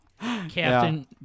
Captain